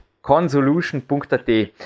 Consolution.at